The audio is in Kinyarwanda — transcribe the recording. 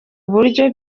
buryo